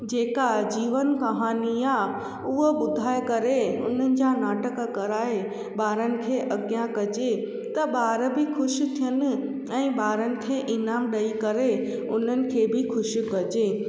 जेका जीवन कहानी आहे उहो ॿुधाए करे उन्हनि जा नाटक कराए ॿारनि खे अॻियां कजे त ॿार बि ख़ुशि थेअनि ऐं ॿारनि खे इनाम ॾेई करे उन्हनि खे बि ख़ुशि कजे